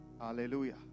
Hallelujah